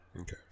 Okay